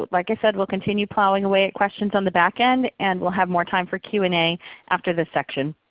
like i said, we'll continue plowing away at questions on the backend and we'll have more time for q and a after this section.